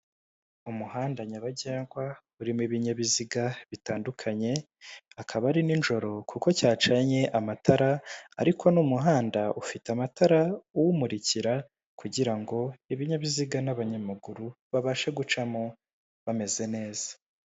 Umuhanda nyabagendwa, urimo ibinyabiziga bitandukanye, akaba ari n'ijoro kuko cyacanye amatara, ariko n'umuhanda ufite amatara aw'umurikira, kugira ngo ibinyabiziga n'abanyamaguru babashe gucamo bameze neza.